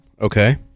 Okay